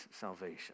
salvation